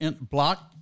block